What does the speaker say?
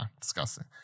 Disgusting